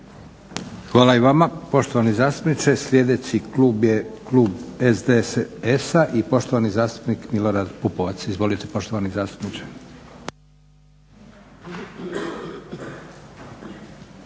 Hvala i vama poštovani zastupniče. Sljedeći klub je klub SDSS-a i poštovani zastupnik Milorad Pupovac. Izvolite poštovani zastupniče.